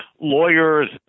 lawyers